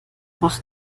mach